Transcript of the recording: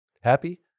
happy